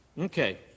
Okay